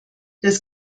das